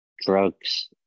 drugs